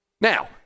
Now